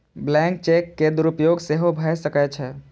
blank cheque के दुरुपयोग सेहो भए सकै छै